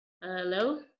Hello